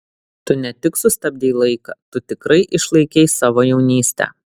tu ne tik sustabdei laiką tu tikrai išlaikei savo jaunystę